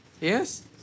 Yes